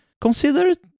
consider